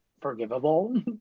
forgivable